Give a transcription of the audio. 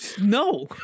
no